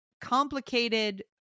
complicated